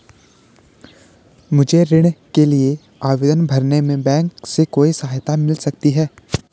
मुझे ऋण के लिए आवेदन भरने में बैंक से कोई सहायता मिल सकती है?